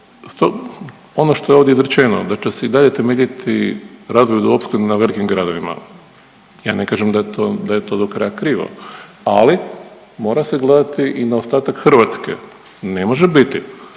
Ono što je ovdje izrečeno da će se i dalje temeljiti razvoj vodoopskrbe na velikim gradovima, ja ne kažem da je to, da je to do kraja krivo, ali mora se gledati i na ostatak Hrvatske. Ne može biti